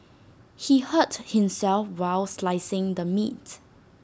he hurt himself while slicing the meat